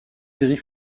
gris